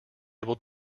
able